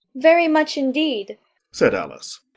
very much indeed said alice.